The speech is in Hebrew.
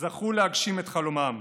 זכו להגשים את חלומם,